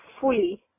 fully